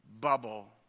bubble